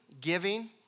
giving